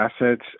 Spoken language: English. assets